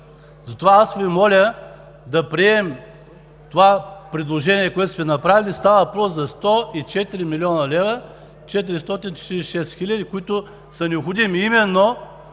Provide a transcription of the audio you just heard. затова аз Ви моля да приемем това предложение, което сме направили. Става въпрос за 104 млн. 446 хил. лв., които са необходими именно